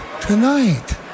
tonight